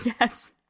yes